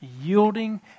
yielding